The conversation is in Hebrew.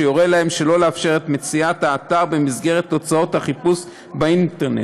שיורה להם שלא לאפשר את מציאת האתר במסגרת תוצאות החיפוש באינטרנט.